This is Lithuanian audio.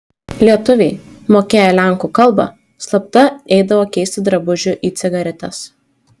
lietuviai mokėję lenkų kalbą slapta eidavo keisti drabužių į cigaretes